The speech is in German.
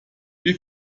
wie